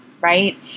right